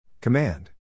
Command